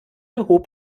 hob